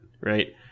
right